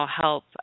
help